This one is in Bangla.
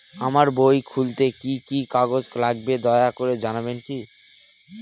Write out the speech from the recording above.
আমার বই খুলতে কি কি কাগজ লাগবে দয়া করে জানাবেন কি?